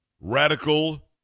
radical